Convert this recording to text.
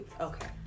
Okay